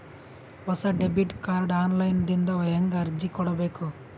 ಹೊಸ debit card online ದಿಂದ ಹೇಂಗ ಅರ್ಜಿ ಕೊಡಬೇಕು?